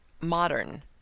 modern